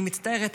אני מצטערת,